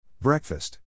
Breakfast